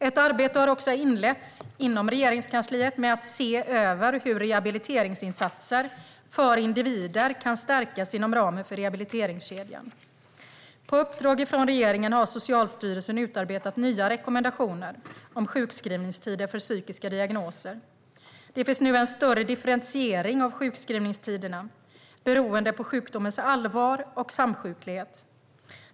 Ett arbete har också inletts inom Regeringskansliet med att se över hur rehabiliteringsinsatser för individer kan stärkas inom ramen för rehabiliteringskedjan. På uppdrag från regeringen har Socialstyrelsen utarbetat nya rekommendationer om sjukskrivningstider för psykiska diagnoser. Det finns nu en större differentiering av sjukskrivningstiderna beroende på sjukdomens allvar och samsjuklighet.